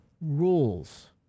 rules